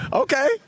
Okay